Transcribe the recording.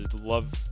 love